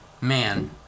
Man